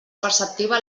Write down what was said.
preceptiva